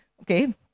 okay